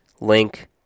Link